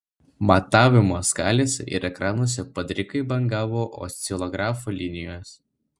matavimo skalėse ir ekranuose padrikai bangavo oscilografų linijos